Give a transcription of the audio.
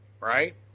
right